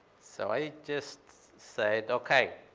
so i just said, okay.